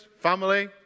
Family